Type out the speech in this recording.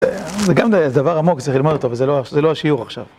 זה גם דבר עמוק שצריך ללמוד אותו, וזה לא השיעור עכשיו.